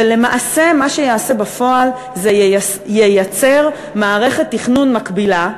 ולמעשה מה שזה יעשה בפועל זה ייצר מערכת תכנון מקבילה,